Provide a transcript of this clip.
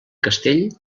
castell